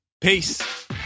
Peace